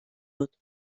wird